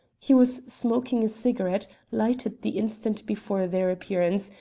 he was smoking a cigarette, lighted the instant before their appearance,